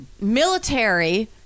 military